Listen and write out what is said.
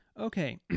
Okay